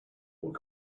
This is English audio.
what